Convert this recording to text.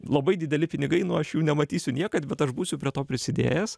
labai dideli pinigai nu aš jų nematysiu niekad bet aš būsiu prie to prisidėjęs